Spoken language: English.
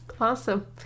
Awesome